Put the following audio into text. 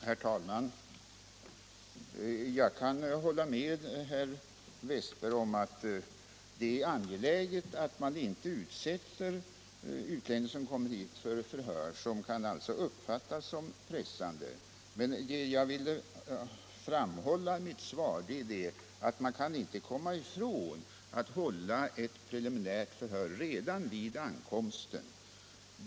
Herr talman! Jag kan hålla med herr Wästberg i Stockholm om att det är angeläget att man inte utsätter utlänning som kommer hit för förhör som kan uppfattas som pressande. Men vad jag ville framhålla i mitt svar var att man inte kan komma ifrån att hålla ett preliminärt förhör redan vid ankomsten.